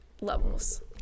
Levels